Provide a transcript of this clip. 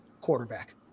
quarterback